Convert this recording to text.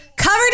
Covered